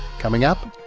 coming up,